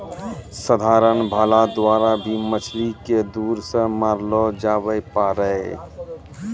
साधारण भाला द्वारा भी मछली के दूर से मारलो जावै पारै